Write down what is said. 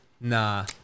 Nah